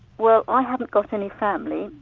well i haven't got any family,